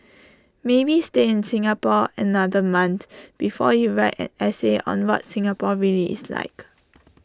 maybe stay in Singapore another month before you white an essay on what Singapore really is like